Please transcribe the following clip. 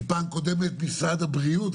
כי פעם קודמת משרד הבריאות,